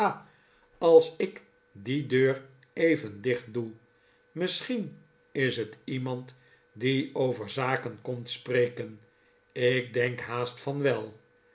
als ik die deur even dicht doe misschien is het iemand die over zaken komt spreken ik denk haast van wel